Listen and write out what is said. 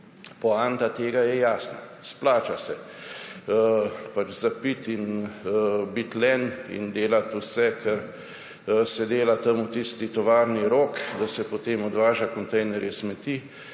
poanta tega je jasna. Splača se zapiti in biti len in delati vse, kar se dela tam v tisti tovarni Rog, da se potem odvaža kontejnerje smeti,